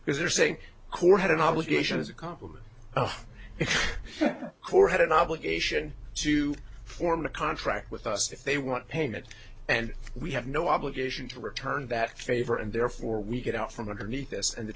because they're saying court had an obligation as a complement for had an obligation to form a contract with us if they want payment and we have no obligation to return that favor and therefore we get out from underneath this and th